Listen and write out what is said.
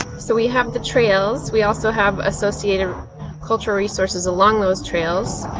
so we have the trails. we also have associated cultural resources along those trails.